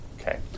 Okay